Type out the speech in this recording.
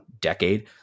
decade